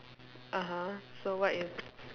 (uh huh) so what is